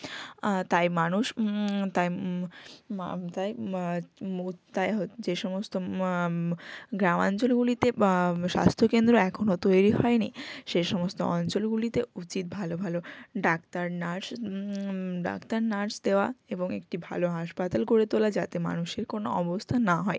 তাই মানুষ তাই মো তাই তাই হো যে সমস্ত গ্রামাঞ্চলগুলিতে স্বাস্থ্যকেন্দ্র এখনো তৈরি হয় নি সে সমস্ত অঞ্চলগুলিতে উচিত ভালো ভালো ডাক্তার নার্স ডাক্তার নার্স দেওয়া এবং একটি ভালো হাসপাতাল করে তোলা যাতে মানুষের কোনো অবস্থা না হয়